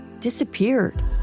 disappeared